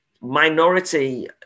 minority